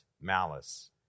malice